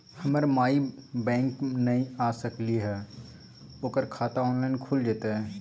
हमर माई बैंक नई आ सकली हई, ओकर खाता ऑनलाइन खुल जयतई?